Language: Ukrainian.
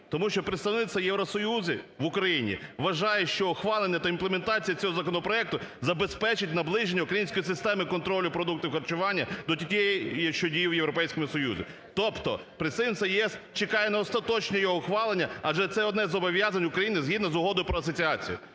тому що представництво Євросоюзу в Україні вважає, що ухвалення та імплементація цього законопроекту забезпечить наближення української системи контролю продуктів харчування до тієї, що діє в Європейському Союзі. Тобто представництво ЄС чекає на остаточне його ухвалення, адже це одне із зобов'язань України згідно з Угодою про асоціацією.